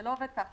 זה לא עובד כך.